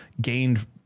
gained